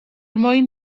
mwyn